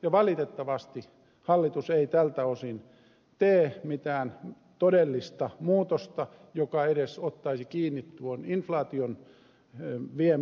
ja valitettavasti hallitus ei tältä osin tee mitään todellista muutosta joka edes ottaisi kiinni tuon inflaation viemän ostovoiman